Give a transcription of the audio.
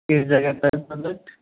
किस जगह पर है कॉलेज